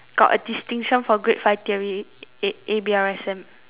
got a distinction for grade five theory A_B_R_S_M exam